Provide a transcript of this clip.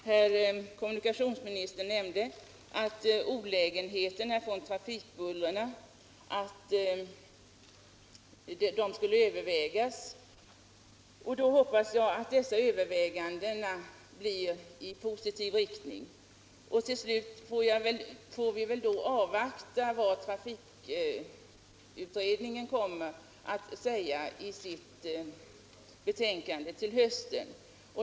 Herr kommunikationsministern nämnde att frågan om olägenheter från trafikbuller skall övervägas. Jag hoppas att dessa överväganden leder till positiva resultat. I övrigt får vi tydligen avvakta vad trafikutredningen kommer att säga i sitt betänkande till hösten.